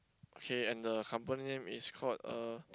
okay and the company name is called uh